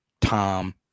Tom